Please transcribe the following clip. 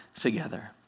together